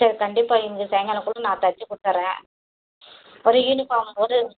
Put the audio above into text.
சரி கண்டிப்பாக இன்னைக்கு சாய்ங்காலம் குள்ள நான் தைச்சி கொடுத்துட்றேன் ஒரு யூனிஃபார்ம் ஒரு